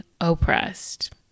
oppressed